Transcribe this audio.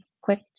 quick